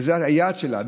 וזה היעד שלה,